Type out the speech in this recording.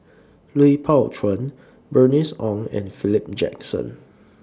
Lui Pao Chuen Bernice Ong and Philip Jackson